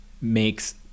makes